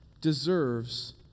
deserves